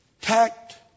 tact